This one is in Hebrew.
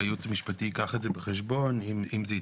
שהייעוץ המשפטי ייקח את זה בחשבון אם זה יתקבל.